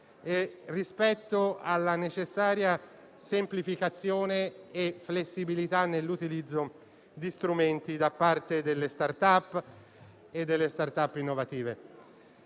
rispetto alla necessaria semplificazione e flessibilità nell'utilizzo di strumenti da parte delle *start-up* e delle *start-up* innovative.